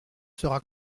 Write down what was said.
sera